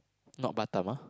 not Batam ah